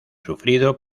sufrido